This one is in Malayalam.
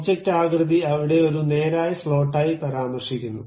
ഒബ്ജക്റ്റ് ആകൃതി അവിടെ ഒരു നേരായ സ്ലോട്ടായി പരാമർശിക്കുന്നു